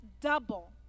double